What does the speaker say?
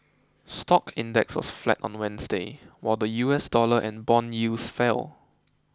stock index was flat on Wednesday while the U S dollar and bond yields fell